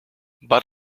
but